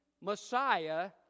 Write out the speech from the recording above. Messiah